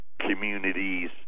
communities